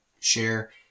share